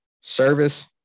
service